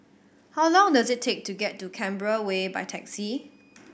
how long does it take to get to Canberra Way by taxi